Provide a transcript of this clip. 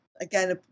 again